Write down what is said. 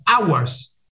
hours